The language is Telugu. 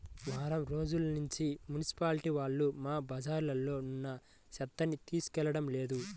వారం రోజుల్నుంచి మున్సిపాలిటీ వాళ్ళు మా బజార్లో ఉన్న చెత్తని తీసుకెళ్లడం లేదు